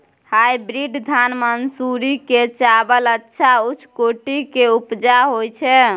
Hybrid धान मानसुरी के चावल अच्छा उच्च कोटि के उपजा होय छै?